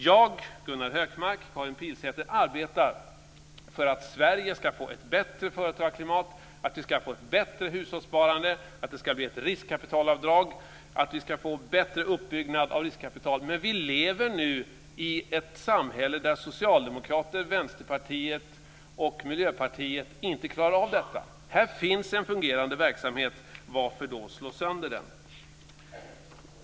Jag, Gunnar Hökmark och Karin Pilsäter arbetar för att Sverige ska få ett bättre företagarklimat, för att vi ska få ett bättre hushållssparande, för att det ska bli ett riskkapitalavdrag och för att vi ska få bättre uppbyggnad av riskkapital, men vi lever nu i ett samhälle där Socialdemokraterna, Vänsterpartiet och Miljöpartiet inte klarar av detta. Här finns en fungerande verksamhet. Varför då slå sönder den?